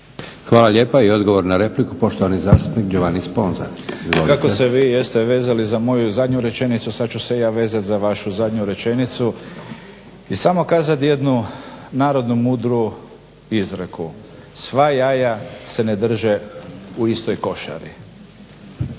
Hvala lijepa. I odgovor na repliku, poštovani zastupnik Giovanni Sponza. **Sponza, Giovanni (IDS)** To kako ste vi jeste vezali za moju zadnju rečenicu, sad ću se i ja vezati za vašu zadnju rečenicu i samo kazati jednu narodnu mudru izreku: "Sva jaja se ne drže u istoj košari.